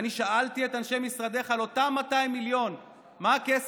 אני שאלתי את אנשי משרדך על אותם 200 מיליון: מה הכסף,